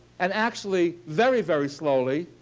and actually very, very slowly,